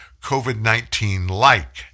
COVID-19-like